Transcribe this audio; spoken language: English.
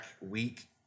week